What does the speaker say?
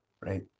right